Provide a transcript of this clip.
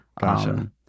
Gotcha